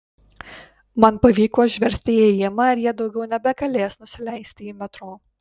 man pavyko užversti įėjimą ir jie daugiau nebegalės nusileisti į metro